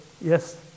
yes